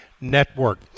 Network